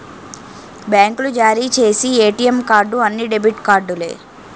బ్యాంకులు జారీ చేసి ఏటీఎం కార్డు అన్ని డెబిట్ కార్డులే